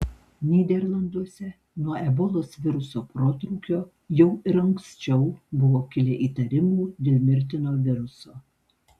nyderlanduose nuo ebolos viruso protrūkio jau ir anksčiau buvo kilę įtarimų dėl mirtino viruso